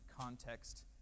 context